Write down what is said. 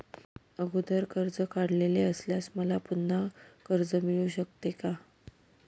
अगोदर कर्ज काढलेले असल्यास मला पुन्हा कर्ज मिळू शकते का?